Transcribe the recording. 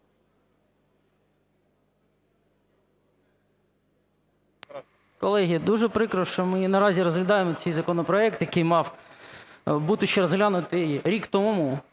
Колеги, дуже прикро, що ми наразі розглядаємо цей законопроект, який мав бути ще розглянутий рік тому.